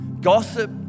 Gossip